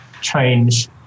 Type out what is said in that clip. change